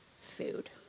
food